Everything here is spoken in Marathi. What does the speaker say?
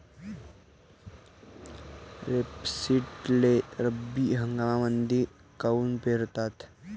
रेपसीडले रब्बी हंगामामंदीच काऊन पेरतात?